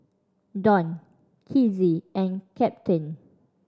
Donn Kizzy and Captain